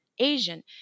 Asian